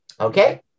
Okay